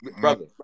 brother